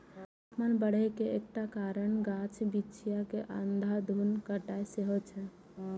तापमान बढ़े के एकटा कारण गाछ बिरिछ के अंधाधुंध कटाइ सेहो छै